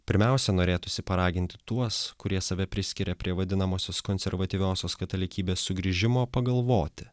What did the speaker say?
pirmiausia norėtųsi paraginti tuos kurie save priskiria prie vadinamosios konservatyviosios katalikybės sugrįžimo pagalvoti